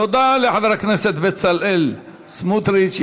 תודה לחבר הכנסת בצלאל סמוטריץ.